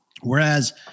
Whereas